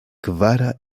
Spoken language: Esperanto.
kvara